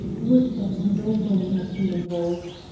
would that no money had been involved!